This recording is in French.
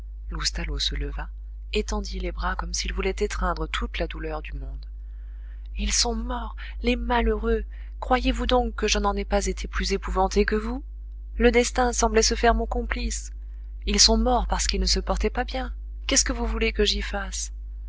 loustalot se leva étendit les bras comme s'il voulait étreindre toute la douleur du monde ils sont morts les malheureux croyez-vous donc que je n'en aie pas été plus épouvanté que vous le destin semblait se faire mon complice ils sont morts parce qu'ils ne se portaient pas bien qu'est-ce que vous voulez que j'y fasse